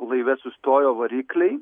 laive sustojo varikliai